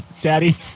Daddy